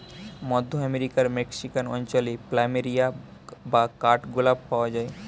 মধ্য আমেরিকার মেক্সিকান অঞ্চলে প্ল্যামেরিয়া বা কাঠ গোলাপ পাওয়া যায়